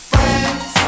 Friends